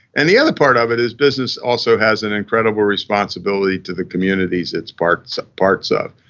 and the other part of it is business also has an incredible responsibility to the communities it's parts parts of.